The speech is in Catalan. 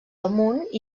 damunt